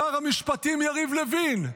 שר המשפטים יריב לוין,